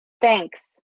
Thanks